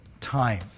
time